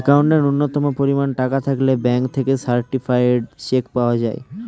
অ্যাকাউন্টে ন্যূনতম পরিমাণ টাকা থাকলে ব্যাঙ্ক থেকে সার্টিফায়েড চেক পাওয়া যায়